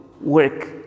work